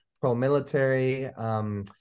pro-military